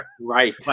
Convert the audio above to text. right